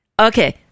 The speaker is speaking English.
Okay